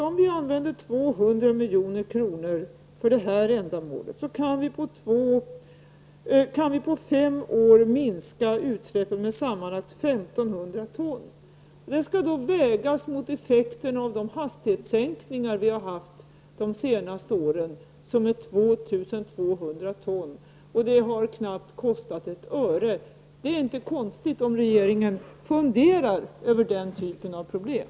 Om vi använder 200 milj.kr. för det här ändamålet, kan vi på fem år minska utsläppen med sammanlagt 1 500 ton. Detta skall vägas mot effekterna av de hastighetssänkningar som vi har haft under de senaste åren -- motsvarande 2 200 ton -- och som nästan inte har kostat ett enda öre. Mot den bakgrunden är det inte konstigt om regeringen funderar över den typen av problem.